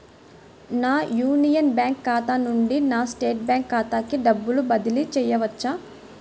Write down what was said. నా Union Bank ఖాతా నుండి నా స్టేట్ బ్యాంకు ఖాతాకి డబ్బు బదిలి చేయవచ్చా?